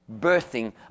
birthing